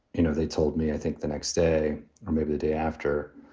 you know, they told me, i think the next day or maybe the day after.